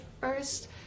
first